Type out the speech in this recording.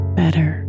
better